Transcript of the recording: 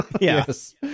Yes